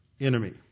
enemy